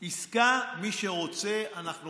עסקה, מי שרוצה, אנחנו